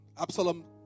Absalom